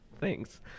Thanks